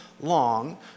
long